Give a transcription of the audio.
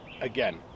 again